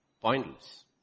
Pointless